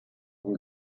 vom